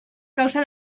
causa